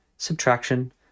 Subtraction